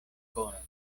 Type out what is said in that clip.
konas